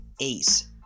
ACE